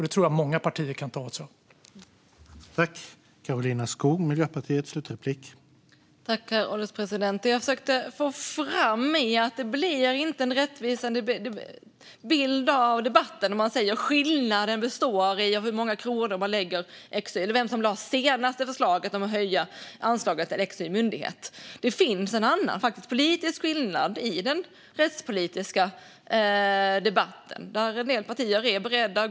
Det tror jag att många partier kan ta åt sig av.